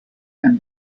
and